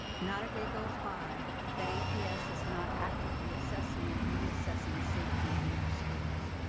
not a day goes by that aps is not actively assessing and reassessing safety in our schools.